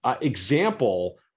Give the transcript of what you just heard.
example